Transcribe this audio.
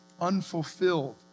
unfulfilled